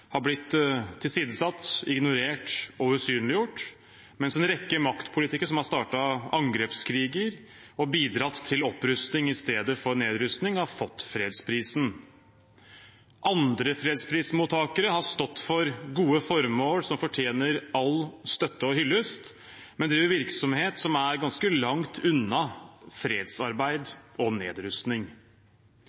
har blitt tilsidesatt, ignorert og usynliggjort, mens en rekke maktpolitikere som har startet angrepskriger og bidratt til opprustning i stedet for nedrustning, har fått fredsprisen. Andre fredsprismottakere har stått for gode formål som fortjener all støtte og hyllest, men driver virksomhet som er ganske langt unna fredsarbeid og nedrustning.